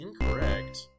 incorrect